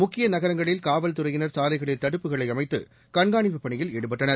முக்கிய நகரங்களில் காவல் துறையினர் சாலைகளில் தடுப்புகளை அமைத்து கண்காணிப்பு பணியில் ஈடுபட்டனர்